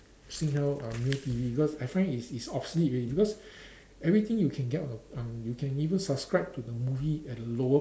Singtel uh Mio T_V because I find it's it's obsolete already because everything you can get on on you can even subscribe to the movie at a lower